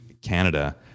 Canada